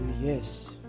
yes